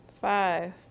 five